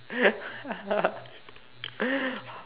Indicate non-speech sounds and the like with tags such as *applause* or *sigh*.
*laughs*